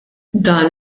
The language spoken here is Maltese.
dan